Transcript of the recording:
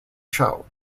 show